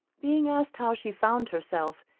being asked how she found herself,